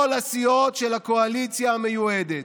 כל הסיעות של הקואליציה המיועדת,